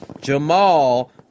Jamal